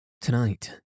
Tonight